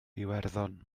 iwerddon